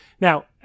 Now